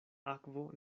akvo